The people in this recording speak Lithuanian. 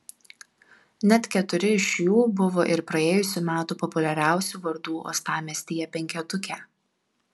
net keturi iš jų buvo ir praėjusių metų populiariausių vardų uostamiestyje penketuke